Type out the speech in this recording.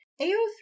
AO3